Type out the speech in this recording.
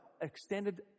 extended